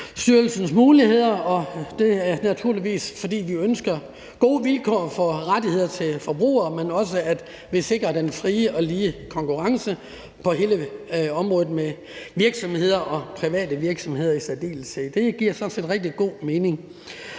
Forbrugerstyrelsens muligheder, og det er naturligvis, fordi vi ønsker gode vilkår i forhold til rettigheder til forbrugere, men også at vi sikrer den frie og lige konkurrence på hele området og i særdeleshed for private virksomheder. Det giver sådan set rigtig god mening.